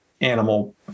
animal